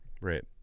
right